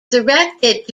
directed